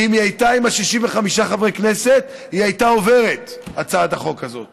כי אם היא הייתה עם 65 חברי כנסת, הצעת החוק הזאת